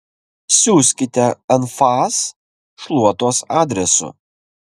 siųskite anfas šluotos adresu